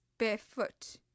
barefoot